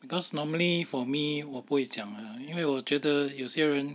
because normally for me 我不会讲 ah 因为我觉得有些人